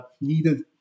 needed